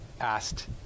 asked